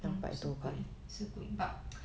hmm 是贵是贵 but